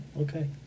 okay